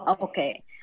Okay